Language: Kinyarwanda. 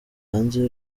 hanze